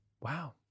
wow